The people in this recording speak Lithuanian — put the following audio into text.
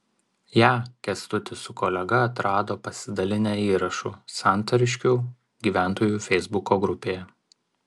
ją kęstutis su kolega atrado pasidalinę įrašu santariškių gyventojų feisbuko grupėje